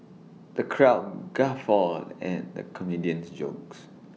the crowd guffawed at the comedian's jokes